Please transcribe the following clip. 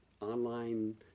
online